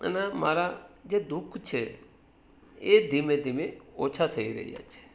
અને આ મારા જે દુખ છે એ ધીમે ધીમે ઓછા થઈ રહ્યા છે